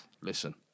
Listen